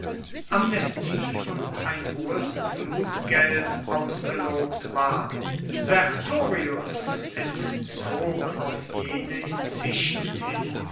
amnestie und ein hohes blutgeld ausgelobt war sertorius entzog auf jene inzichten hin